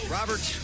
Robert